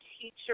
teacher